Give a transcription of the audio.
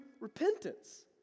repentance